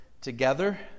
together